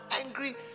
angry